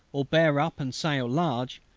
or bear up and sail large,